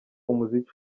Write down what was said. umuziki